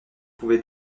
pouvait